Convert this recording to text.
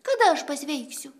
kada aš pasveiksiu